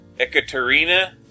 Ekaterina